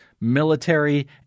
military